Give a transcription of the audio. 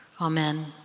Amen